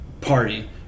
party –